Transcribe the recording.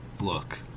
Look